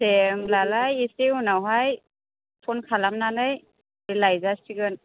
दे होनब्लालाय इसे उनावहाय फन खालामनानै लायजासिगोन